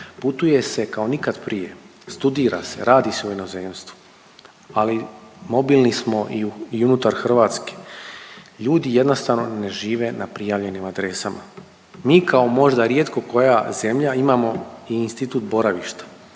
Putuje se kao nikad prije, studira se, radi se u inozemstvu. Ali mobilni smo i u unutar Hrvatske. Ljudi jednostavno ne žive na prijavljenim adresama. Mi kao možda rijetko koja zemlja imamo i institut boravišta.